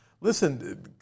listen